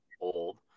old